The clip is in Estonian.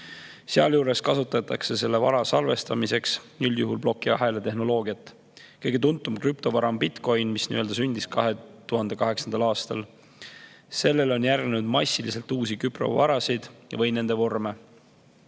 Sealjuures kasutatakse selle vara salvestamiseks üldjuhul plokiahela tehnoloogiat. Kõige tuntum krüptovara onbitcoin, mis sündis 2008. aastal. Sellele on järgnenud massiliselt uusi krüptovarasid või nende vorme.